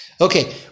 Okay